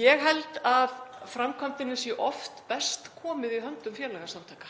Ég held að framkvæmdin sé oft best komin í höndum félagasamtaka.